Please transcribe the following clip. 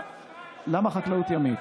למה חקלאות ימית?